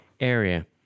area